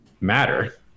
matter